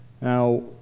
Now